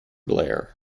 blair